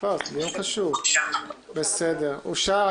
1 הפטור אושר אושר.